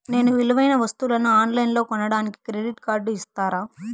నేను విలువైన వస్తువులను ఆన్ లైన్లో కొనడానికి క్రెడిట్ కార్డు ఇస్తారా?